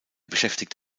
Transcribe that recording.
beschäftigt